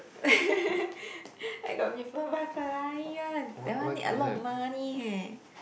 where got people buy Ferrari one that one need a lot of money eh